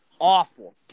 awful